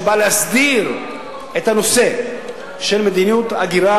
שבאה להסדיר את הנושא של מדיניות הגירה